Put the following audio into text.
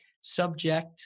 subject